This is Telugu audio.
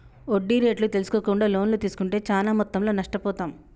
వడ్డీ రేట్లు తెల్సుకోకుండా లోన్లు తీస్కుంటే చానా మొత్తంలో నష్టపోతాం